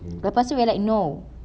lepas tu we're like no